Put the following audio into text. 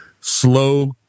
slow